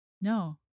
No